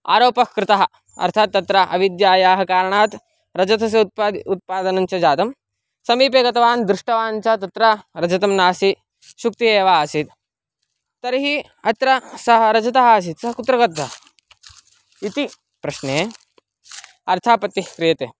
आरोपः कृतः अर्थात् तत्र अविद्यायाः कारणात् रजतस्य उत्पाद् उत्पादनं च जातं समीपे गतवान् दृष्टवान् च तत्र रजतं नासीत् शुक्थ् एव आसीत् तर्हि अत्र सः रजतः आसीत् सः कुत्र गतवान् इति प्रश्ने अर्थापत्तिः क्रियते